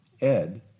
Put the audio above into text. Ed